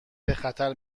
بخطر